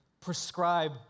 prescribe